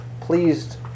pleased